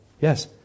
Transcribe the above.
Yes